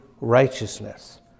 righteousness